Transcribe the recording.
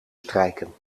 strijken